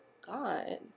god